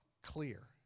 clear